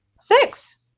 Six